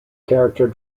character